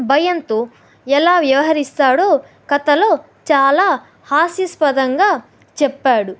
భయంతో ఎలా వ్యవహరిస్తాడో కథలో చాలా హాస్యాస్పదంగా చెప్పాడు